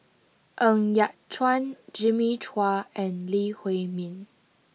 Ng Yat Chuan Jimmy Chua and Lee Huei Min